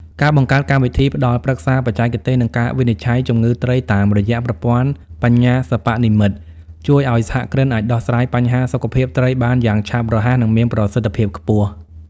ការបង្កើតកម្មវិធីផ្តល់ប្រឹក្សាបច្ចេកទេស និងការវិនិច្ឆ័យជំងឺត្រីតាមរយៈប្រព័ន្ធបញ្ញាសិប្បនិម្មិត ជួយឱ្យសហគ្រិនអាចដោះស្រាយបញ្ហាសុខភាពត្រីបានយ៉ាងឆាប់រហ័ស និងមានប្រសិទ្ធភាពខ្ពស់។